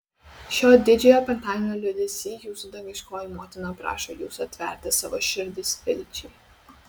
šio didžiojo penktadienio liūdesy jūsų dangiškoji motina prašo jūsų atverti savo širdis vilčiai